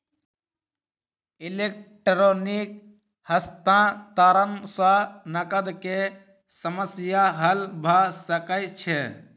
electronic हस्तांतरण सॅ नकद के समस्या हल भ सकै छै